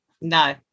no